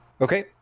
okay